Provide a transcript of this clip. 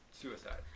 suicide